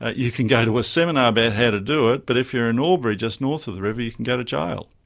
ah you can go to a seminar about how to do it, but if you're in albury, just north of the river, you can go to jail.